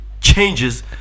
changes